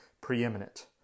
preeminent